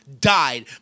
died